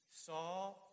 Saw